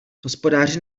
hospodáři